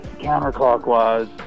counterclockwise